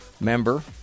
member